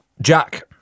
Jack